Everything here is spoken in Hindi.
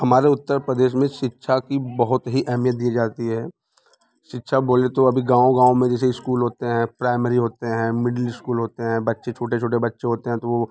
हमारे उत्तर प्रदेश में शिक्षा को बहुत ही अहेमियत दी जाती है शिक्षा बोले तो अभी गाँव गाँव में जैसे इस्कूल होते हैं प्राइमरी होते हैं मिडल इस्कूल होते हैं बच्चे छोटे छोटे बच्चे होते हैं तो वो